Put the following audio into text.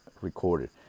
recorded